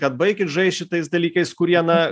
kad baikit žaist šitais dalykais kurie na